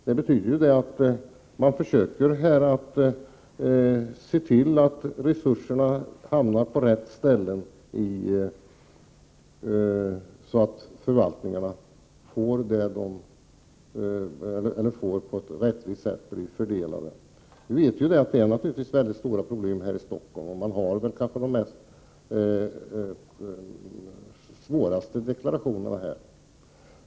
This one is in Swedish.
Det betyder att man försöker se till att resurserna fördelas på ett rättvist sätt. Vi vet att det är väldigt stora problem i Stockholm, och man har kanske de svåraste deklarationerna här.